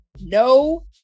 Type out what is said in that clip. No